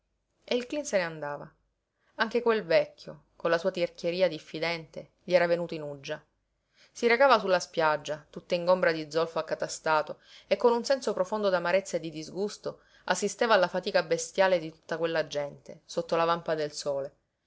e il cleen se ne andava anche quel vecchio con la sua tirchieria diffidente gli era venuto in uggia si recava su la spiaggia tutta ingombra di zolfo accatastato e con un senso profondo d'amarezza e di disgusto assisteva alla fatica bestiale di tutta quella gente sotto la vampa del sole